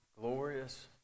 glorious